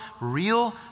real